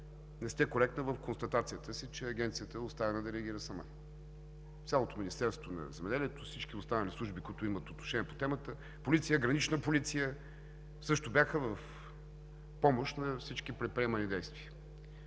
не сте коректна в констатацията си, че Агенцията е оставена да реагира сама. Цялото Министерство на земеделието, всички останали служби, които имат отношение по темата – Полиция, Гранична полиция, също бяха в помощ на всички предприемани действия.